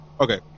Okay